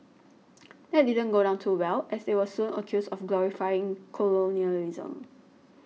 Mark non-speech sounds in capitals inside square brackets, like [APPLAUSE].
[NOISE] that didn't go down too well as they were soon accused of glorifying colonialism